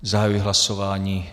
Zahajuji hlasování.